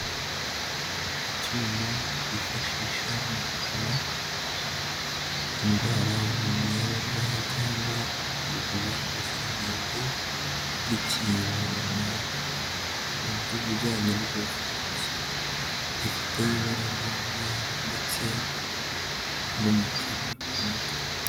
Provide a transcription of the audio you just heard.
Icyuma bifashisha mu gupima indwara umuntu yaba arwaye cyangwa mu gupima ubuziranenge bw'ikintu runaka, mu by'ubujyanye n'ubuvuzi, gifite ibara ry'umweru ndetse n'umukara ku mutwe.